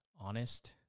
honest